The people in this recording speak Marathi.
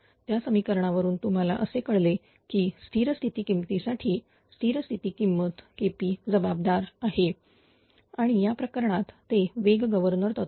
त्या समिकरणा वरून तुम्हाला असे कळले की स्थिर स्थिती किमतीसाठी स्थिर स्थिती किंमत KP जबाबदार आहे आणि या प्रकरणात ते वेग गव्हर्नर तत्व